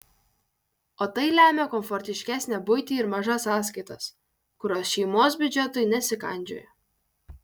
o tai lemia komfortiškesnę buitį ir mažas sąskaitas kurios šeimos biudžetui nesikandžioja